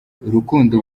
rukundo